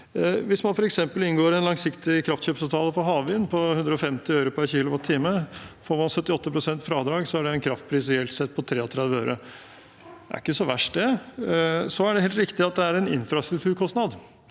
Hvis man f.eks. inngår en langsiktig kraftkjøpsavtale for havvind på 150 øre per kWh, får man 78 pst. fradrag, og da er det en kraftpris på reelt sett 33 øre. Det er ikke så verst, det. Det er helt riktig at det er en infrastrukturkostnad.